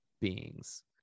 beings